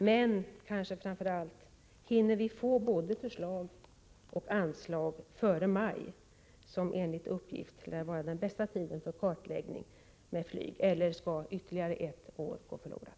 Men framför allt: Hinner vi få både förslag och anslag före maj, som enligt uppgift lär vara den bästa tiden för kartläggning med flyg, eller skall ytterligare ett år gå förlorat?